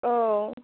औ